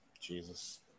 Jesus